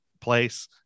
place